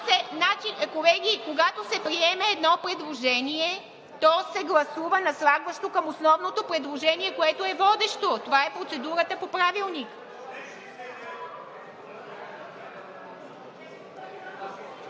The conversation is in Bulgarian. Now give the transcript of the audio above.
Колеги, когато се приеме едно предложение, то се гласува наслагващо към основното предложение, което е водещо. Това е процедурата по Правилник.